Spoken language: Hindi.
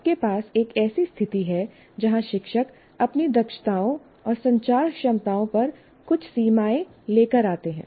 आपके पास एक ऐसी स्थिति है जहां शिक्षक अपनी दक्षताओं और संचार क्षमताओं पर कुछ सीमाएं लेकर आते हैं